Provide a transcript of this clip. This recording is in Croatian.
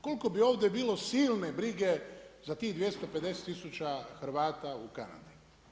Koliko bi ovdje bilo silne brige za tih 250 tisuća Hrvata u Kanadi.